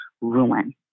ruin